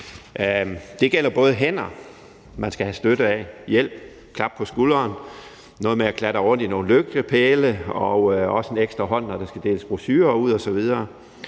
Det gælder både hænder, som man skal have hjælp og støtte af, klap på skulderen; der er noget med at klatre rundt i nogle lygtepæle og også en ekstra hånd, når der skal deles brochurer ud osv.